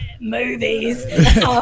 movies